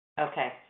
Okay